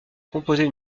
composait